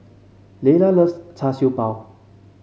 Leila loves Char Siew Bao